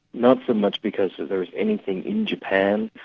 not so much because there was anything in japan.